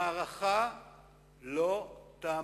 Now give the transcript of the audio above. המערכה לא תמה.